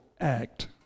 act